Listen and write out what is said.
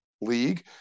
league